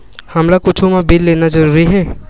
हमला कुछु मा बिल लेना जरूरी हे?